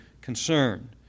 concern